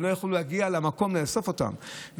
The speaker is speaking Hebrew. הם לא יכלו להגיע למקום לאסוף אותם.